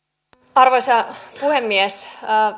arvoisa puhemies